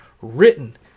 written